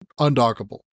undockable